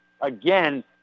again